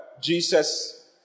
Jesus